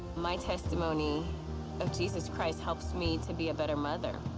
my testimony of jesus christ helps me to be a better mother.